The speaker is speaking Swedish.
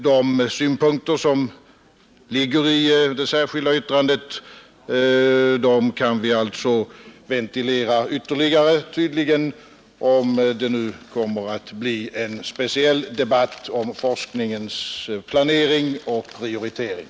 De synpunkter som framförs i det särskilda yttrandet kan vi alltså tydligen ventilera ytterligare om det kommer att bli en speciell debatt om forskningens planering och prioritering.